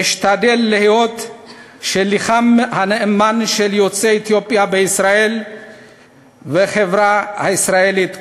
אשתדל להיות שליחם הנאמן של יוצאי אתיופיה בישראל והחברה הישראלית כולה.